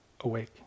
awake